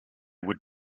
would